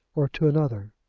or to another.